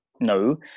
no